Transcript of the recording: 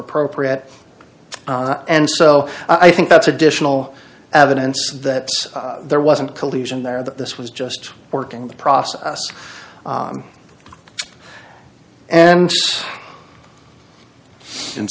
appropriate and so i think that's additional evidence that there wasn't collusion there that this was just working the process and and